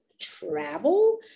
travel